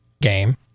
game